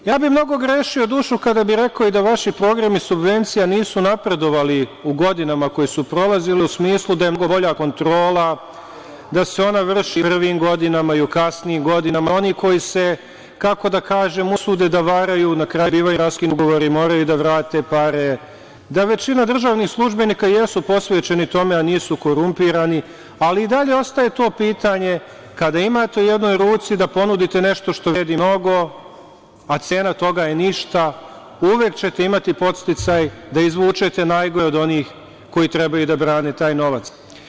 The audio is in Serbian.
Mnogo bih grešio dušu kada bih rekao da vaši programi subvencija nisu napredovali u godinama koje su prolazile, u smislu da je mnogo bolja kontrola, da se ona vrši u prvim godinama i u kasnijim godinama, da oni koji se, kako da kažem, usude da varaju, na kraju bivaju im raskinuti ugovori, moraju da vrate pare, da većina državnih službenika jesu posvećeni tome, a nisu korumpirani, ali i dalje ostaje to pitanje kada imate u jednoj ruci da ponudite nešto što vredi mnogo, a cena toga je ništa, uvek ćete imati podsticaj da izvučete najgore od onih koji trebaju da brane taj novac.